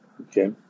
Okay